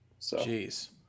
Jeez